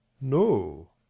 No